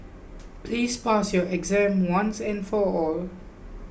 please pass your exam once and for all